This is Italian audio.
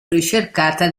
ricercata